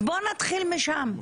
בואו נתחיל משם.